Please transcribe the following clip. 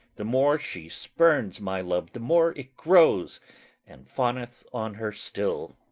the more she spurns my love the more it grows and fawneth on her still.